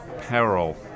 peril